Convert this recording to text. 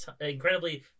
incredibly